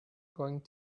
going